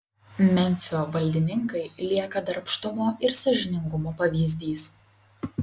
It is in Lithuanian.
memfio valdininkai lieka darbštumo ir sąžiningumo pavyzdys